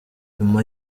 nyuma